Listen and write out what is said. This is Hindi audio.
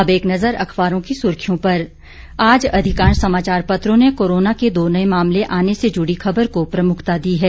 अब एक नजर अखबारों की सुर्खियों पर आज अधिकांश समाचार पत्रों ने कोरोना के दो नए मामले आने से जुड़ी खबर को प्रमुखता दी है